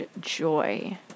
joy